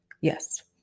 Yes